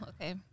Okay